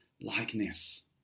likeness